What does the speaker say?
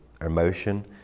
emotion